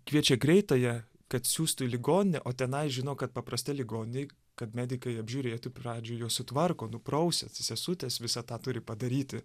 kviečia greitąją kad siųstų į ligoninę o tenai žino kad paprastai ligoninėj kad medikai apžiūrėtų pradžioj juos sutvarko nuprausia sesutės visą tą turi padaryti